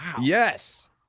Yes